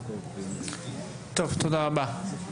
טוב, תודה רבה.